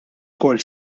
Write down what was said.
ukoll